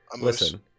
Listen